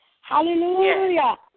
Hallelujah